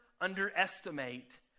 underestimate